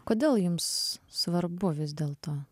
kodėl jums svarbu vis dėlto